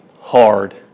hard